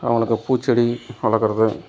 அவங்களுக்கு பூச்செடி வளர்க்குறது